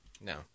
No